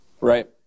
Right